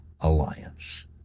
Alliance